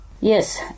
Yes